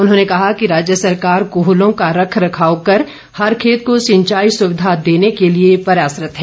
उन्होंने कहा कि राज्य सरकार कूहलों का रखरखाव कर हर खेत को सिंचाई सुविधा देन के लिए प्रयासरत है